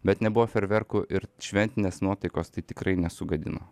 bet nebuvo fejerverkų ir šventinės nuotaikos tai tikrai nesugadino